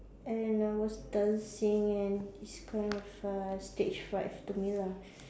and then I was dancing and it's kind of uh stage fright to me lah